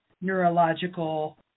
neurological